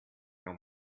know